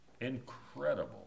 Incredible